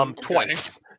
twice